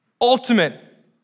ultimate